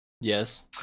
Yes